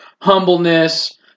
humbleness